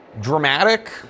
dramatic